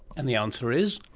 and the answer is?